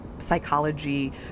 psychology